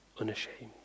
Unashamed